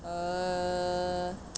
err